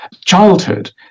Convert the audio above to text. Childhood